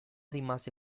rimase